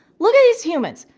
look at these humans,